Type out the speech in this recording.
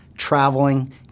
traveling